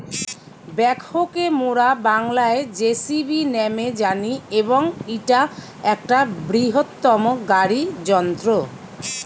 backhoe কে মোরা বাংলায় যেসিবি ন্যামে জানি এবং ইটা একটা বৃহত্তম গাড়ি যন্ত্র